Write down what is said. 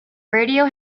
radio